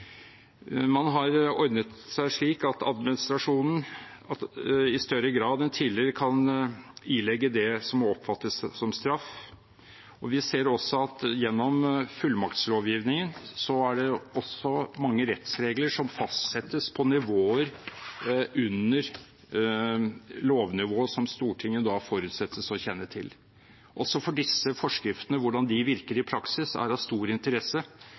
Man har ordnet seg slik at administrasjonen i større grad enn tidligere kan ilegge det som må oppfattes som straff. Vi ser også at gjennom fullmaktslovgivningen er det mange rettsregler som fastsettes på nivåer under lovnivået som Stortinget forutsettes å kjenne til. Også for disse forskriftene, hvordan de virker i praksis, er det av stor interesse